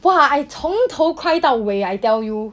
!wah! I 从头 cry 到尾 I tell you